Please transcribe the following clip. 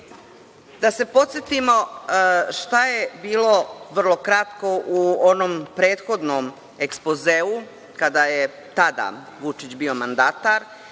se podsetimo šta je bilo, vrlo kratko, u onom prethodnom ekspozeu, kada je tada Vučić bio mandatar.